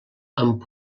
amb